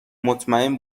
مطمئن